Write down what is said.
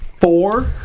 Four